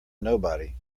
nobody